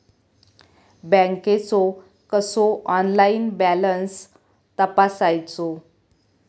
बँकेचो कसो online balance तपासायचो?